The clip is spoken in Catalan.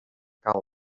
calma